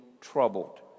troubled